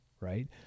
right